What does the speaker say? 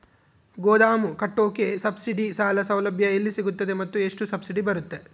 ಗೋದಾಮು ಕಟ್ಟೋಕೆ ಸಬ್ಸಿಡಿ ಸಾಲ ಸೌಲಭ್ಯ ಎಲ್ಲಿ ಸಿಗುತ್ತವೆ ಮತ್ತು ಎಷ್ಟು ಸಬ್ಸಿಡಿ ಬರುತ್ತೆ?